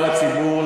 כלל הציבור,